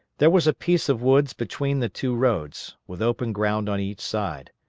there was a piece of woods between the two roads, with open ground on each side.